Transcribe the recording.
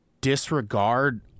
disregard